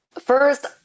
First